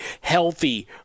healthy